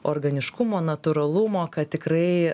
organiškumo natūralumo kad tikrai